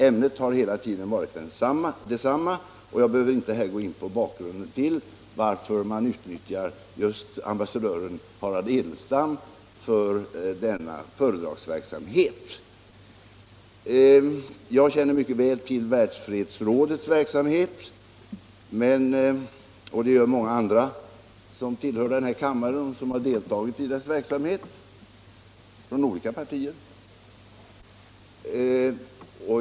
Ämnet har hela tiden varit detsamma och jag behöver här inte gå in på bakgrunden till att man utnyttjar just ambassadören Harald Edelstam för denna föredragsverksamhet. Världsfredsrådets verksamhet känner jag mycket väl till, och det gör många andra — från olika partier — som tillhör den här kammaren och som har deltagit i rådets verksamhet.